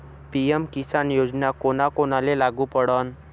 PM Kisan योजना कोना कोनाले लागू पडन?